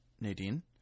nadine